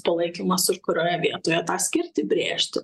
to laikymas ir kurioje vietoje tą skirtį brėžti